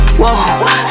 whoa